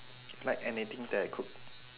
like anything that I cook